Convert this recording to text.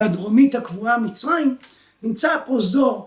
הדרומית הקבועה מצרים נמצא פרוזדור